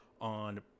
on